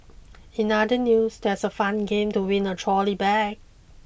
in other news there's a fun game to win a trolley bag